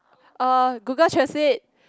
uh Google translate